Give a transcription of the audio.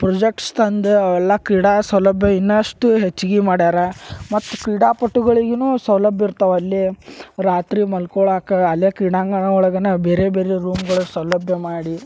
projects ತಂದು ಅವೆಲ್ಲ ಕ್ರೀಡಾ ಸೌಲಭ್ಯ ಇನ್ನಷ್ಟು ಹೆಚ್ಚಿಗಿ ಮಾಡ್ಯಾರ ಮತ್ತು ಕ್ರೀಡಾಪಟುಗಳಿಗೂ ಸೌಲಭ್ಯ ಇರ್ತಾವ ಅಲ್ಲೇ ರಾತ್ರಿ ಮಲ್ಕೊಳಾಕ ಅಲ್ಲೇ ಕ್ರೀಡಾಂಗಣ ಒಳಗೆ ಬೇರೆ ಬೇರೆ ರೂಮ್ಗಳು ಸೌಲಭ್ಯ ಮಾಡಿ